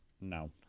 No